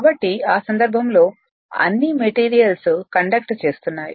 కాబట్టి ఆ సందర్భంలో అన్ని మెటీరియల్స్ కండక్ట్ చేస్తున్నాయి